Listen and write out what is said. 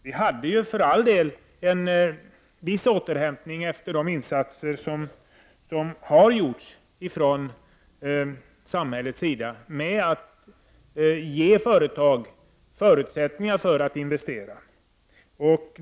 Det har för all del skett en viss återhämtning efter de insatser som har gjorts från samhällets sida, genom att ge företag förutsättningar för att investera.